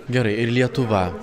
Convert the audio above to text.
gerai ir lietuva